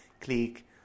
Click